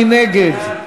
מי נגד?